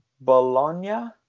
Bologna